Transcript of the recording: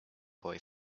boy